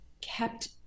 kept